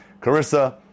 Carissa